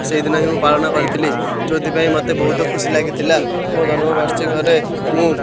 ସେଇଦିନ ହିଁ ମୁଁ ପାଳନ କରିଥିଲି ଯେଉଁଥିପାଇଁ ମୋତେ ବହୁତ ଖୁସି ଲାଗିଥିଲା ମୋ ଜନ୍ମବାର୍ଷିକରେ ମୁଁ